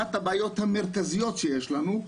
אחת הבעיות המרכזיות שיש לנו,